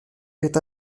est